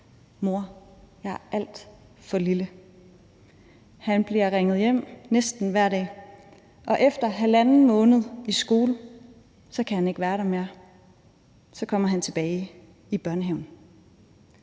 Mor, jeg er alt for lille. Han bliver ringet hjem næsten hver dag, og efter halvanden måned i skole kan han ikke være der mere, og så kommer han tilbage i børnehaven.